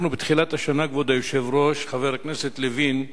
בתחילת השנה, כבוד היושב-ראש, חבר הכנסת לוין,